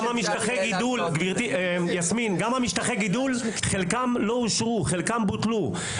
גם משטחי הגידול, חלקם לא אושרו, חלקם בוטלו.